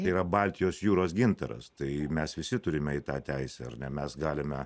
yra baltijos jūros gintaras tai mes visi turime į tą teisę ar ne mes galime